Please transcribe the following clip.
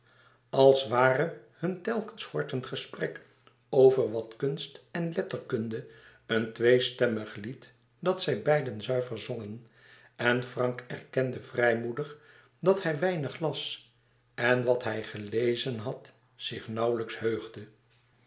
als ware hun telkens hortend gesprek over wat kunst en letterkunde een tweestemmig lied dat zij beiden zuiver zongen en frank erkende vrijmoedig dat hij weinig las en wat hij gelezen had zich nauwlijks heugde